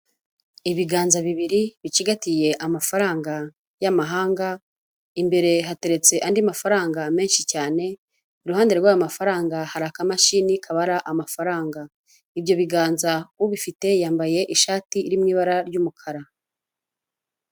Ibiganza bibiri bicigatiye amafaranga y'amahanga, imbere hateretse andi mafaranga menshi cyane, iruhande rw'ayo mafaranga hari akamashini kabara amafaranga, ibyo biganza ubifite yambaye ishati iri mu ibara ry'umukara.